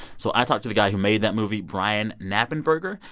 so i talked to the guy who made that movie, brian knappenberger.